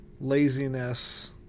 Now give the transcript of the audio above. laziness